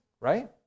right